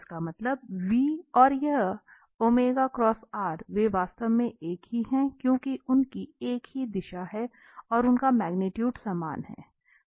तो इसका मतलब है और यह वे वास्तव में एक ही हैं क्योंकि उनकी एक ही दिशा है और उनका मैग्नीट्यूट समान है